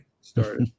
start